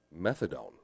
methadone